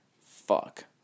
fuck